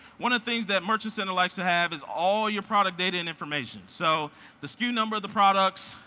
one of the things that merchant center likes to have is all your product data and information. so the sku number of the products,